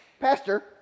Pastor